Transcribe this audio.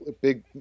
big